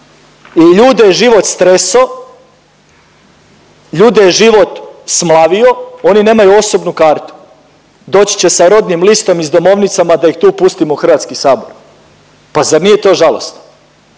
i ljude je život stresao, ljude je život smlavio, oni nemaju osobnu kartu, doći će sa rodnim listom i s domovnicama da ih tu pustimo u HS. Pa zar nije to žalosno